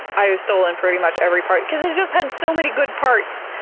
i have stolen pretty much every part because it just had so many good parts!